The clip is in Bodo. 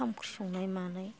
ओंखाम ओंख्रि संनाय मानाय